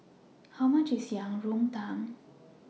How much IS Yang Rou Tang